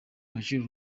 agaciro